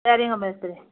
சரிங்க மேஸ்திரி